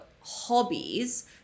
hobbies